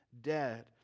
dead